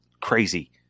crazy